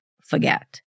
forget